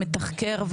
מתחקר,